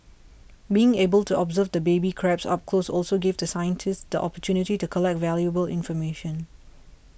being able to observe the baby crabs up close also gave the scientists the opportunity to collect valuable information